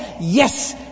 yes